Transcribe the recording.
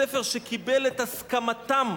ספר שקיבל את הסכמתם,